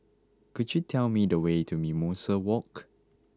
could you tell me the way to Mimosa Walk